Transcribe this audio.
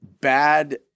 bad